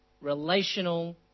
relational